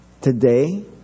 Today